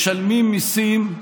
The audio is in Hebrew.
משלמים מיסים,